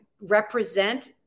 represent